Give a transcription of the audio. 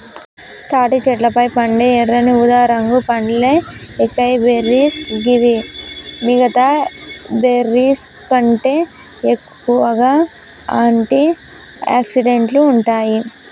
తాటి చెట్లపై పండే ఎర్రని ఊదారంగు పండ్లే ఏకైబెర్రీస్ గివి మిగితా బెర్రీస్కంటే ఎక్కువగా ఆంటి ఆక్సిడెంట్లు ఉంటాయి